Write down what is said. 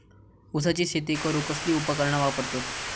ऊसाची शेती करूक कसली उपकरणा वापरतत?